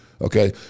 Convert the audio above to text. okay